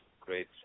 great